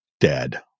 Dead